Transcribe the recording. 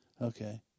Okay